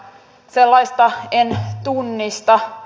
sellaista en tunnista